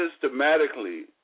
systematically